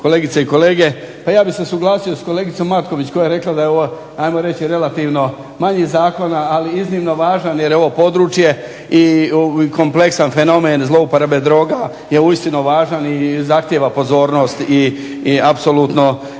kolegice i kolege. Pa ja bih se suglasio sa kolegicom Matković koja je rekla da je ovo hajmo reći relativno manji zakon, ali iznimno važan jer je ovo područje i kompleksan fenomen zlouporabe droga je uistinu važan i zahtijeva pozornost i apsolutno